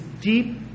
deep